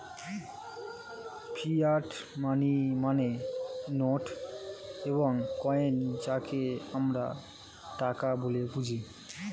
fiat money মানে note এবং coin যাকে আমরা টাকা বলে বুঝি